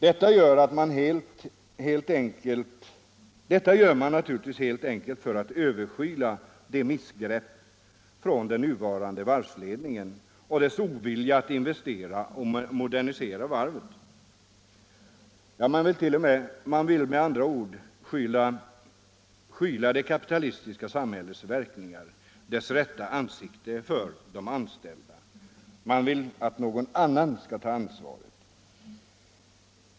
Detta gör man naturligtvis helt enkelt för att överskyla missgreppen från den nuvarande varvsledningen och dess ovilja att investera och att modernisera varvet. Man vill med andra ord skyla det kapitalistiska samhällets verkningar och dölja dess rätta ansikte för de anställda. Man vill att någon annan skall ta ansvaret.